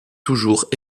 toujours